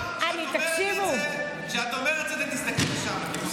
תסתכלי לשם.